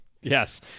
Yes